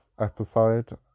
episode